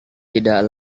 tidak